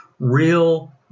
Real